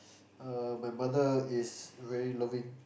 uh my mother is very loving